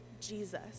Jesus